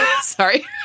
Sorry